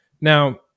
Now